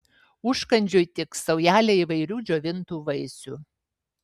užkandžiui tiks saujelė įvairių džiovintų vaisių